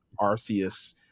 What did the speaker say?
Arceus